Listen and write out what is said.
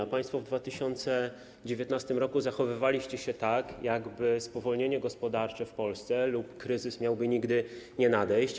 A państwo w 2019 r. zachowywaliście się tak, jakby spowolnienie gospodarcze w Polsce lub kryzys miały nigdy nie nadejść.